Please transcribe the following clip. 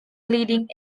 leading